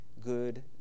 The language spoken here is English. good